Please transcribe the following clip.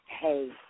hey